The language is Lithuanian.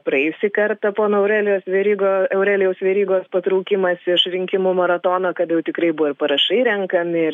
praėjusį kartą pono aurelijus verygo aurelijaus verygos patraukimas iš rinkimų maratono kad jau tikrai buvo ir parašai renkami